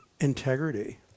integrity